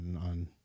on